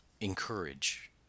encourage